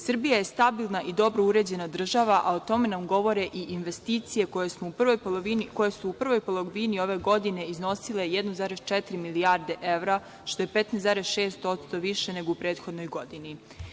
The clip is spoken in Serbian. Srbija je stabilna i dobro uređena država, a o tome nam govore i investicije koje su u prvoj polovini ove godine iznosile 1,4 milijarde evra, što je 15,6% više nego u prethodnoj godini.